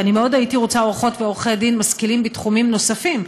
ואני מאוד הייתי רוצה עורכות ועורכי דין משכילים בתחומים נוספים,